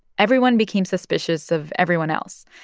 everyone became suspicious of everyone else.